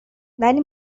ولی